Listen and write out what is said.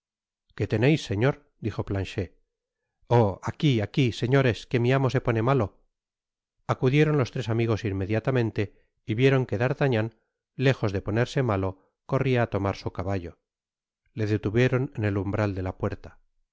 qué teneis señor dijo planchet oh aqui aqui señores que mi amo se pone malo acudieron los tres amigos inmediatamente y vieron que d'artagnan lejos de ponerse malo corria á tomar su caballo le detuvieron en el umbral de la puerta qué